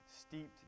steeped